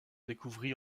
découvrit